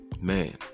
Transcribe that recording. man